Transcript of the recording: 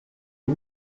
les